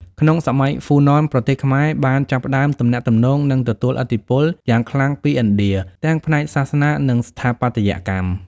ក្នុងសម័យហ្វូណន ប្រទេសខ្មែរបានចាប់ផ្តើមទំនាក់ទំនង និងទទួលឥទ្ធិពលយ៉ាងខ្លាំងពីឥណ្ឌា ទាំងផ្នែកសាសនា និងស្ថាបត្យកម្ម។